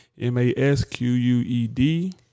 M-A-S-Q-U-E-D